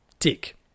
Tick